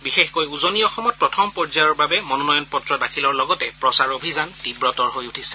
বিশেষকৈ উজনি অসমত প্ৰথম পৰ্যয়ৰ বাবে মনোনয়ন পত্ৰ দাখিলৰ লগতে প্ৰচাৰ অভিযান তীৱতৰ হৈ উঠিছে